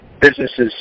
businesses